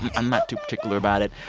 i'm not too particular about it.